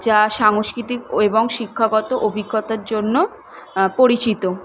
যা সাংস্কৃতিক ও এবং শিক্ষাগত অভিজ্ঞতার জন্য পরিচিত